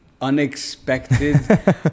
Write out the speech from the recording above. unexpected